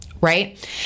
Right